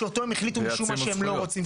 שאותו הם החליטו משום מה שהם לא רוצים.